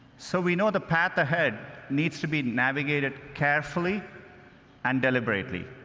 so, we know the path ahead needs to be navigated carefully and deliberately.